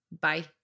Bye